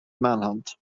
manhunt